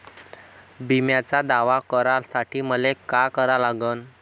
बिम्याचा दावा करा साठी मले का करा लागन?